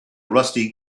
rusty